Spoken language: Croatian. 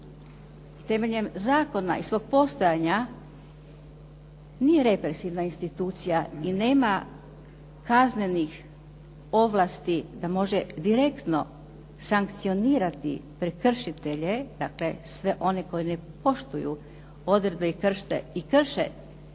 temeljem i zakona i svog postojanja nije represivna institucija i nema kaznenih ovlasti da može direktno sankcionirati prekršitelje, dakle sve one koji ne poštuju odredbe i krše prava